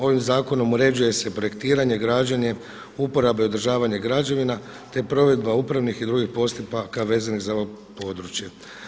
Ovim zakonom uređuje se projektiranje, građenje, uporabe održavanje građevina, te provedba upravnih i drugih postupaka vezanih za ovo područje.